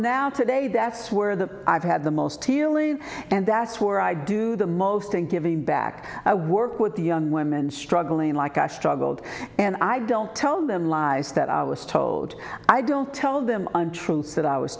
now today that's where the i've had the most healing and that's where i do the most in giving back i work with young women struggling like i struggled and i don't tell them lies that i was told i don't tell them untruths that i was